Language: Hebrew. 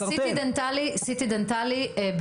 CT דנטלי בבקשה,